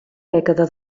dècada